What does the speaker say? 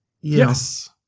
yes